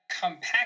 compact